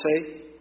say